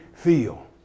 Feel